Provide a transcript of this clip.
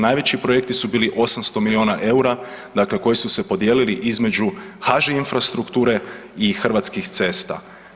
Najveći projekti su bili 800 milijuna eura, dakle koji su se podijelili između HŽ infrastrukture i Hrvatskih cesta.